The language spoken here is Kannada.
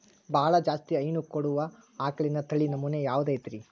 ಬಹಳ ಜಾಸ್ತಿ ಹೈನು ಕೊಡುವ ಆಕಳಿನ ತಳಿ ನಮೂನೆ ಯಾವ್ದ ಐತ್ರಿ?